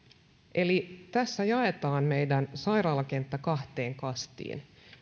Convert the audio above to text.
tässä jaetaan meidän sairaalakenttämme kahteen kastiin